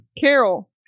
Carol